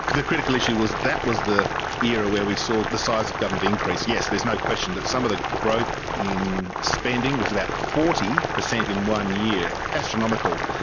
the critical issue was that was the era where we saw the size of government increased. yes, there's no question that some of the growth in spending was about forty percent in one year, astronomical.